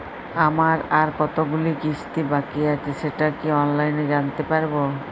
আমার আর কতগুলি কিস্তি বাকী আছে সেটা কি অনলাইনে জানতে পারব?